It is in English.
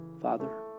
Father